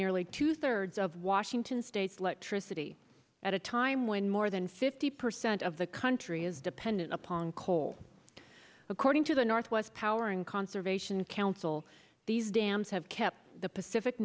nearly two thirds of washington state's electricity at a time when more than fifty percent of the country is dependent upon coal according to the northwest powering conservation council these dams have kept the pacific